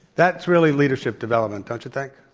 that's really leadership development, don't you think?